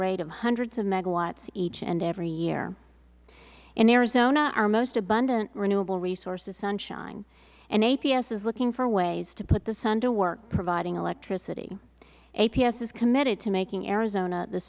rate of hundreds of megawatts each and every year in arizona our most abundant renewable resource is sunshine and aps is looking for ways to put the sun to work providing electricity aps is committed to making arizona the